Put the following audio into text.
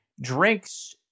drinks